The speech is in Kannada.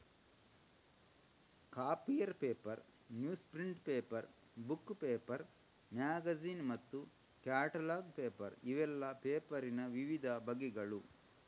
copier paper, news print paper, book paper, magazine ಮತ್ತು ಕ್ಯಾಟಲಾಗ್ ಪೇಪರ್ ಇವೆಲ್ಲ ಪೇಪರಿನ ವಿವಿಧ ಬಗೆಗಳು